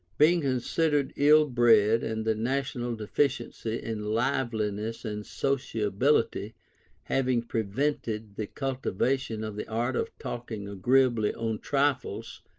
being considered ill-bred, and the national deficiency in liveliness and sociability having prevented the cultivation of the art of talking agreeably on trifles,